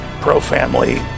pro-family